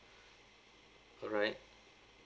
alright